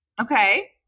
Okay